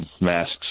masks